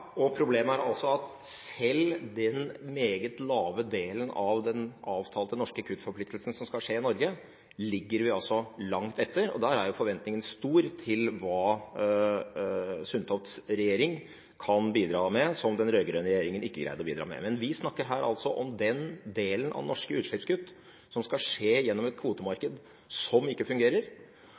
Problemet er altså at selv den meget lave delen av den avtalte norske kuttforpliktelsen som skal skje i Norge, ligger vi langt etter. Der er forventningen stor til hva Sundtofts regjering kan bidra med, som den rød-grønne regjeringen ikke greide å bidra med. Vi snakker her om den delen av norske utslippskutt som skal skje gjennom et kvotemarked som ikke fungerer,